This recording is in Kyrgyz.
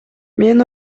мен